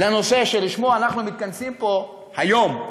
לנושא שלשמו אנחנו מתכנסים פה היום,